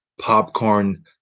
popcorn